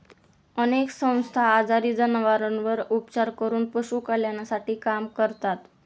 अनेक संस्था आजारी जनावरांवर उपचार करून पशु कल्याणासाठी काम करतात